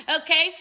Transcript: Okay